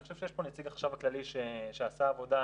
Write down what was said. אני חושב שיש פה נציג החשב הכללי שעשה עבודה.